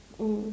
mm